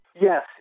Yes